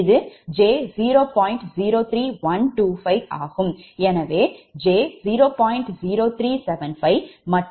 எனவே 𝑗 0